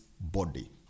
body